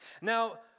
Now